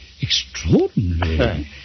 extraordinary